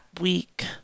week